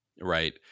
Right